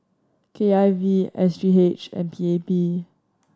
K I V S G H and P A P